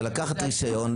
זה לקחת רישיון,